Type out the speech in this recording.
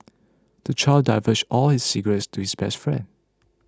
the child divulged all his secrets to his best friend